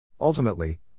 Ultimately